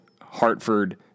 Hartford